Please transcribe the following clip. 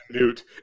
Newt